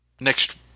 next